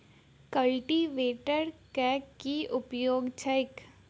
Cultivator केँ की उपयोग छैक?